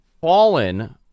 fallen